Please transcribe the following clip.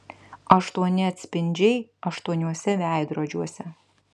aštuoni atspindžiai aštuoniuose veidrodžiuose